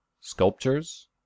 Sculptures